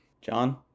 John